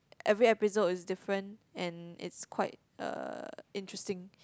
every episode is different and it's quite uh interesting